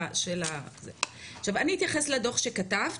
אני אתייחס לדו"ח שכתבת